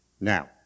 Now